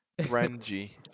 renji